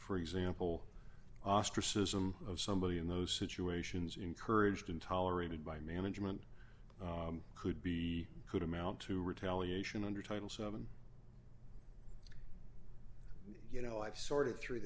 for example ostracism of somebody in those situations encouraged and tolerated by management could be could amount to retaliation under title seven you know i've sorted thr